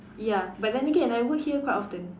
ya but then again I work here quite often